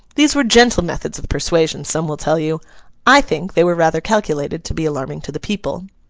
these were gentle methods of persuasion, some will tell you i think, they were rather calculated to be alarming to the people.